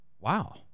Wow